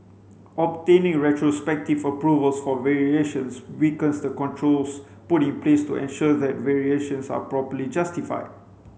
obtaining retrospective approvals for variations weakens the controls put in place to ensure that variations are properly justified